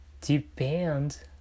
depend